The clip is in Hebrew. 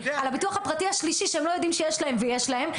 על הביטוח הפרטי השלישי שהם לא יודעים שיש להם ויש להם.